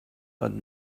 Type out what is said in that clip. but